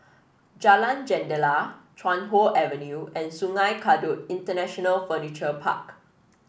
Jalan Jendela Chuan Hoe Avenue and Sungei Kadut International Furniture Park